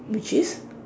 which is